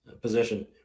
position